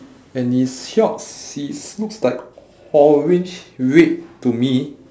and his shorts it's looks like orange red to me